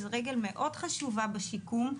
שזה רגל מאוד חשובה בשיקום,